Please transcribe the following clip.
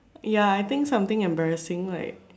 ya I think something embarrassing like